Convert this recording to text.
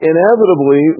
Inevitably